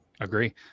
Agree